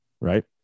right